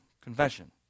confession